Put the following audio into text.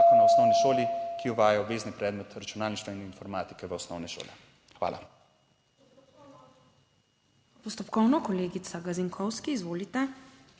o osnovni šoli, ki uvaja obvezni predmet računalništva in informatike v osnovne šole. Hvala.